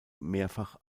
mehrfach